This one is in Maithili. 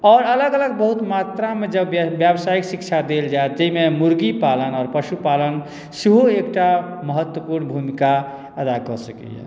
आओर अलग अलग मात्रामे जब व्यावसायिक शिक्षा देल जाए ताहिमे मुर्गी पालन आओर पशुपालन सेहो एकटा महत्वपुर्ण भुमिका अदा कऽ सकैया